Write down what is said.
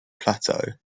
plateau